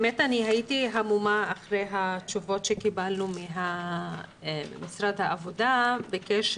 הייתי המומה מהתשובות שקיבלנו ממשרד העבודה בקשר